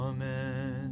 Amen